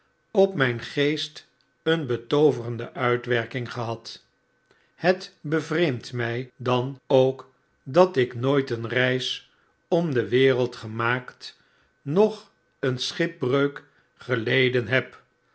op mjjn geest een betooverende uitwerking gehad het bevreemdt mj dan ook dat ik nooit een reis om de wereld gemaakt nocb ooit schipbreuk geleden heb